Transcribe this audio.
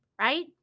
right